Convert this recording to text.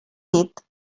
dit